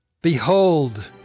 Behold